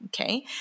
Okay